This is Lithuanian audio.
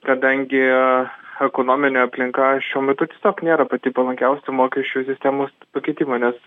kadangi ekonominė aplinka šiuo metu tiesiog nėra pati palankiausia mokesčių sistemos pakeitimui nes